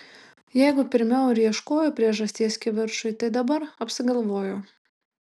jeigu pirmiau ir ieškojo priežasties kivirčui tai dabar apsigalvojo